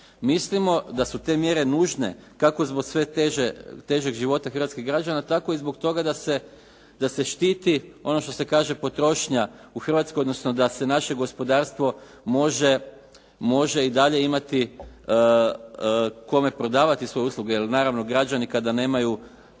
Mislimo da su te mjere nužne kako zbog sve težeg života hrvatskih građana tako i zbog toga da se štiti ono što se kaže potrošnja u Hrvatskoj odnosno da se naše gospodarstvo može i dalje imati kome prodavati svoje usluge jer naravno građani kada nemaju